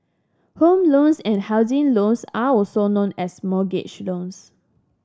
home loans and housing loans are also known as mortgage loans